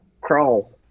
crawl